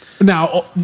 Now